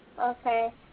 Okay